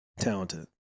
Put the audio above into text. talented